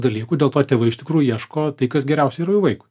dalykų dėl to tėvai iš tikrųjų ieško tai kas geriausia yra vaikui